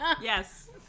Yes